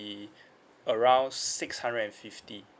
around six hundred and fifty